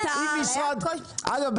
אגב,